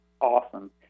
awesome